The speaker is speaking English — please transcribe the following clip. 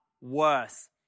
worse